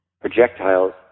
projectiles